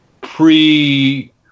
pre